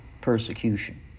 persecution